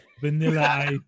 Vanilla